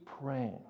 praying